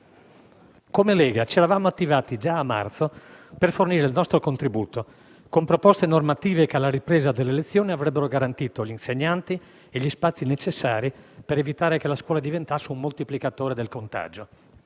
Come Lega ci eravamo attivati già a marzo per fornire il nostro contributo, con proposte normative che, alla ripresa delle lezioni, avrebbero garantito gli insegnanti e gli spazi necessari per evitare che la scuola diventasse un moltiplicatore del contagio.